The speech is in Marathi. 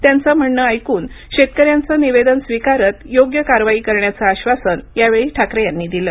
त्यांचं म्हणणं ऐकून शेतकऱ्यांचं निवेदन स्वीकारत योग्य कारवाई करण्याचं आश्वासन यावेळी ठाकरे यांनी दिलं